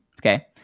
okay